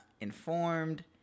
informed